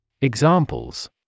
Examples